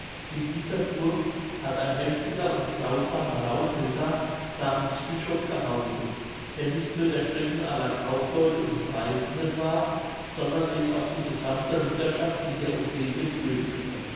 in dieser burg hat ein mächtiger und grausamer raubritter namens vichov gehauset der nicht nur der schrecken aller kaufleute und reisenden war sondern den auch die gesammte ritterschaft in der umgegend fürchtete